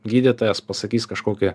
gydytojas pasakys kažkokį